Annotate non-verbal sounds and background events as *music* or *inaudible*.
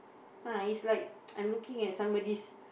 ah is like *noise* I'm looking at somebody's